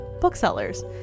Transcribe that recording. Booksellers